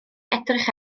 edrych